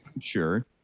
Sure